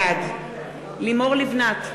בעד לימור לבנת,